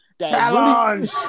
Challenge